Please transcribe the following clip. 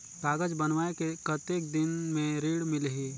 कागज बनवाय के कतेक दिन मे ऋण मिलही?